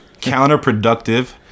counterproductive